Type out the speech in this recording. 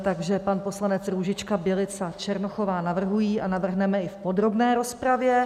Takže pan poslanec Růžička, Bělica, Černochová navrhují a navrhneme i v podrobné rozpravě.